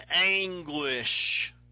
anguish